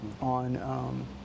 on